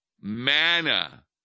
manna